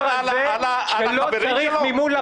אני מטיף לך מוסר?